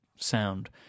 Sound